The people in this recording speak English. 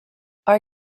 are